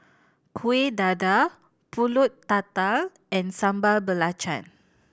Kueh Dadar Pulut Tatal and Sambal Belacan